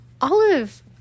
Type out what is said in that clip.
Olive